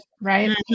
right